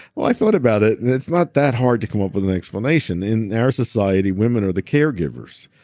well, i thought about it, and it's not that hard to come up with an explanation in our society, women are the caregivers.